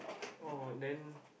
oh then